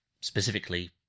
specifically